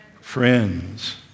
friends